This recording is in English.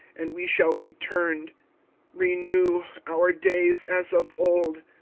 and we shall be turned renew our days as of old.